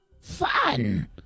Fun